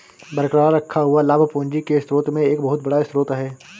बरकरार रखा हुआ लाभ पूंजी के स्रोत में एक बहुत बड़ा स्रोत है